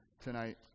tonight